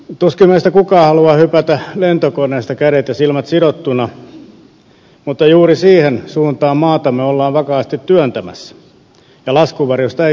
tuskin meistä kukaan haluaa hypätä lentokoneesta kädet ja silmät sidottuna mutta juuri siihen suuntaan maatamme ollaan vakaasti työntämässä ja laskuvarjosta ei ole tietoakaan